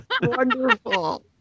Wonderful